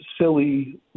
silly